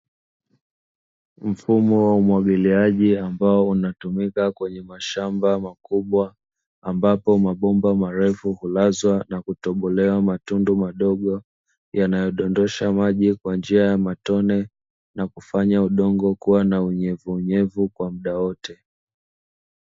Mfumo wa umwagiliaji ambao unatumika kwenye mashamba makubwa ambapo mabomba marefu hulazwa na kutobolewa matundu madogo, yanayodondosha maji kwa njia ya matone na kufanya udongo kuwa na unyevuunyevu kwa muda wote.